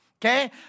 Okay